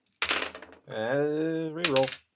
Reroll